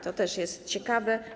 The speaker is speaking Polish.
To też jest ciekawe.